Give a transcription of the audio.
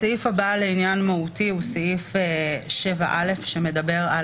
הסעיף הבא הוא סעיף 7(א), שמדבר על